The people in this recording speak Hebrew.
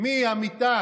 מהמיטה